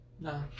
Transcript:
No